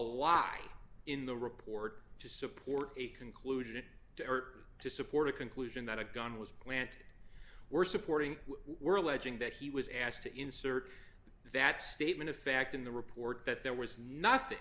lie in the report to support a conclusion it dirt to support a conclusion that a gun was planted were supporting were alleging that he was asked to insert that statement of fact in the report that there was nothing